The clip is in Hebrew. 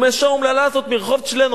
עם האשה האומללה הזאת מרחוב צ'לנוב?